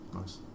Nice